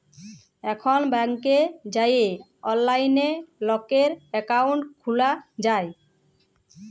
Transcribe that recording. এখল ব্যাংকে যাঁয়ে অললাইলে লকের একাউল্ট খ্যুলা যায়